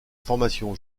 formation